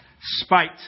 Spite